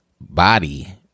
body